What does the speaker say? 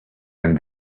and